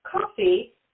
coffee